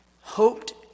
hoped